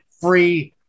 free